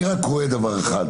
אני רק רואה דבר אחד.